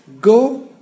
Go